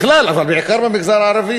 בכלל,